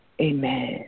Amen